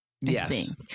yes